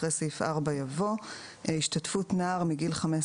אחרי סעיף 4 יבוא: השתתפו נער מגיל 15